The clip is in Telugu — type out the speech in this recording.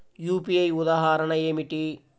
యూ.పీ.ఐ ఉదాహరణ ఏమిటి?